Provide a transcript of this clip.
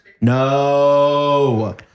No